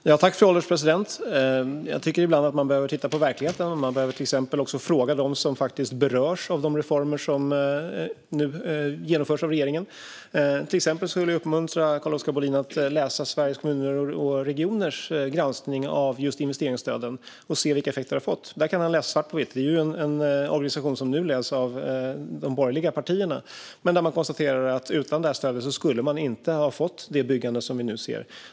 Fru ålderspresident! Jag tycker att man ibland behöver titta på verkligheten. Man behöver till exempel också fråga dem som faktiskt berörs av de reformer som nu genomförs av regeringen. Jag vill uppmuntra Carl-Oskar Bohlin att läsa granskningen från Sveriges Kommuner och Regioner av just investeringsstöden för att se vilka effekter de har fått. Där kan han läsa svart på vitt. Det är en organisation som nu leds av de borgerliga partierna. Där konstaterar man att utan detta stöd skulle det inte ha blivit det byggande som vi nu ser.